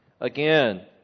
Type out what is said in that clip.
again